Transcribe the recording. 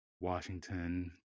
Washington